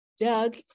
Doug